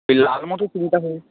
ওই লাল মতো চিনিটা হয়ে